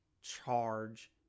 charge